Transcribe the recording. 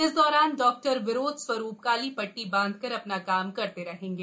इस दौरान डॉक्टर विरोध स्वरू काली ट्टी बांधकर अ ना काम करते रहेंगे